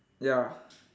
ya